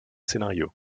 scénario